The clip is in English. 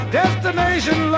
destination